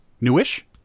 newish